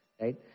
right